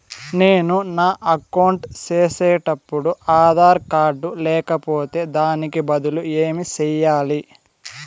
నేను నా అకౌంట్ సేసేటప్పుడు ఆధార్ కార్డు లేకపోతే దానికి బదులు ఏమి సెయ్యాలి?